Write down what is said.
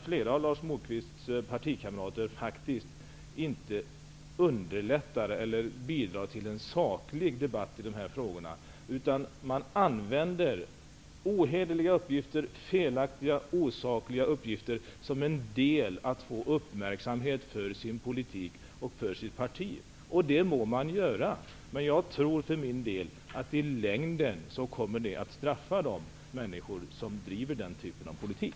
Flera av Lars Moquists partikamrater bidrar faktiskt inte till en saklig debatt i dessa frågor utan använder felaktiga och osakliga uppgifter för att rikta uppmärksamheten på sitt parti och sin politik, och det må de göra. Jag tror att det i längden kommer att straffa de människor som driver denna typ av politik.